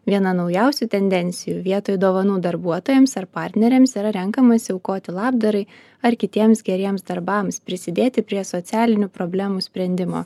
viena naujausių tendencijų vietoj dovanų darbuotojams ar partneriams yra renkamasi aukoti labdarai ar kitiems geriems darbams prisidėti prie socialinių problemų sprendimo